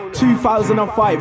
2005